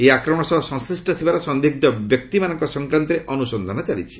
ଏହି ଆକ୍ରମଣ ସହ ସଂଶ୍ରିଷ୍ଟ ଥିବାର ସନ୍ଦିଗ୍ନ ବ୍ୟକ୍ତିମାନଙ୍କ ସଂକ୍ରାନ୍ତରେ ଅନୁସନ୍ଧାନ ଚାଲିଛି